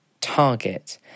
target